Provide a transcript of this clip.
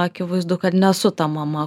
akivaizdu kad nesu ta mama